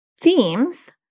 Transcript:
Themes